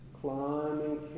climbing